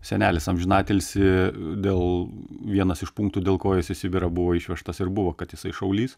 senelis amžinatilsį dėl vienas iš punktų dėl ko jis į sibirą buvo išvežtas ir buvo kad jisai šaulys